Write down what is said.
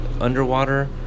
underwater